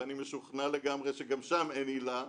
ואני משוכנע לגמרי שגם שם אילן עילה,